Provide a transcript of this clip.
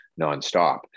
nonstop